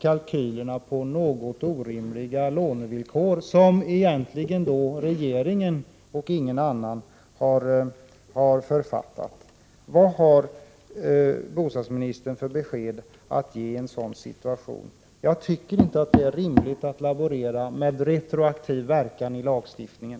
kalkylerna har byggts på orimliga lånevillkor, som egentligen regeringen och ingen annan har författat. Vad har bostadsministern för besked att ge i en sådan situation? Jag tycker inte att det är rimligt att laborera med retroaktiv verkan i lagstiftningen.